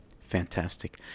Fantastic